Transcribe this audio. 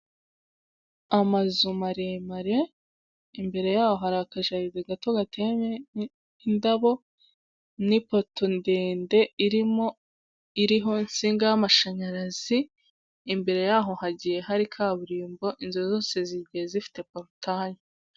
Amazu maremare, imbere yaho hari akajaride gato gateyemo indabo, n'ipoto ndende iriho insinga y'amashanyarazi, imbere yaho hagiye hari kaburimbo inzu zose zigiyeye zifite polutaye.